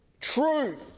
truth